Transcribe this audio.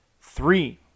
three